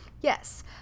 Yes